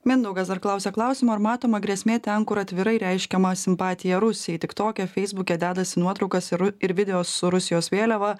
mindaugas dar klausia klausimo ar matoma grėsmė ten kur atvirai reiškiama simpatija rusijai tiktoke feisbuke dedasi nuotraukas ir ru ir video su rusijos vėliava